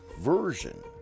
version